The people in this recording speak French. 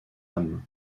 âme